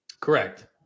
Correct